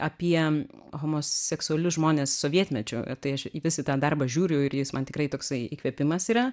apie homoseksualius žmones sovietmečiu tai aš į vis į tą darbą žiūriu ir jis man tikrai toksai įkvėpimas yra